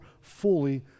fully